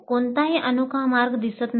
कोणताही अनोखा मार्ग दिसत नाही